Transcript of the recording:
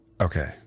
Okay